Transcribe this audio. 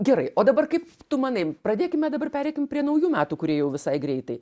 gerai o dabar kaip tu manai pradėkime dabar pereikim prie naujų metų kurie jau visai greitai